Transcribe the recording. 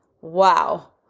Wow